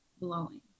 blowing